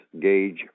gauge